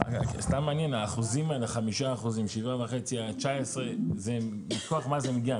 האחוזים האלה 5%, 7.5%, 19% מכוח מה זה מגיע?